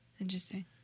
Interesting